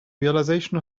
realization